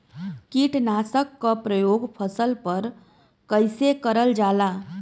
कीटनाशक क प्रयोग फसल पर कइसे करल जाला?